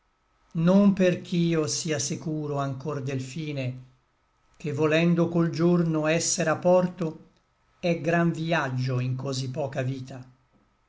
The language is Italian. fine non perch'io sia securo anchor del fine ché volendo col giorno esser a porto è gran vïaggio in cosí poca vita